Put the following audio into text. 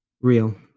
real